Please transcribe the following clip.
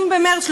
30 במרס,